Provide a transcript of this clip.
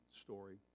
story